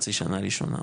בחצי שנה הראשונה,